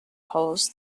polls